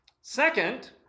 Second